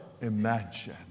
imagine